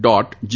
dot જી